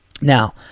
Now